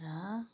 र